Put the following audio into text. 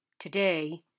Today